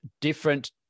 different